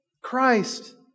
Christ